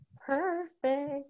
perfect